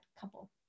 couple